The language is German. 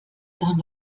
dann